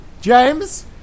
James